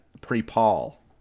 pre-Paul